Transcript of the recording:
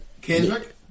Kendrick